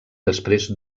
després